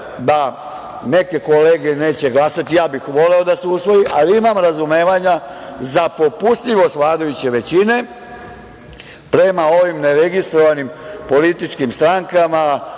da neke kolege neće glasati, ja bih voleo da se usvoji, ali imam razumevanja za popustljivost vladajuće većine prema ovim neregistrovanim političkim strankama,